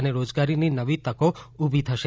અને રોજગારીની નવી તકો ઉભી કરશે